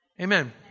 Amen